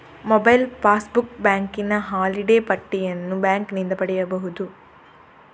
mobile passbook, ಬ್ಯಾಂಕಿನ holiday ಪಟ್ಟಿಯನ್ನು ಬ್ಯಾಂಕಿನಿಂದ ಪಡೆಯಬಹುದು